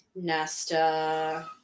nesta